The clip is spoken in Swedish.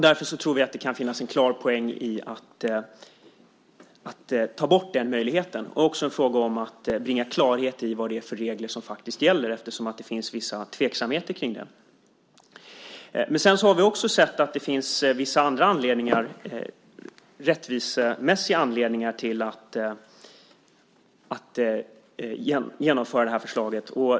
Därför tror vi att det kan finnas en klar poäng i att ta bort den möjligheten. Det är också en fråga om att bringa klarhet i vad det är för regler som faktiskt gäller eftersom det finns vissa tveksamheter kring det. Men vi har också sett att det finns vissa andra, rättvisemässiga, anledningar till att genomföra förslaget.